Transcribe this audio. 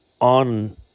on